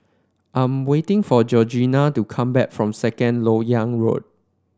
I'm waiting for Georgiann to come back from Second LoK Yang Road